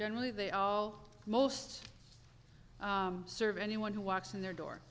generally they all most serve anyone who walks in their door